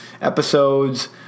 episodes